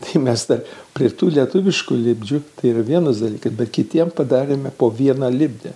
tai mes dar prie tų lietuviškų lipdžių tai yra vienas dalykas bet kitiem padarėme po vieną lipdį